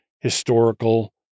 historical